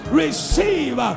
receive